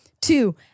Two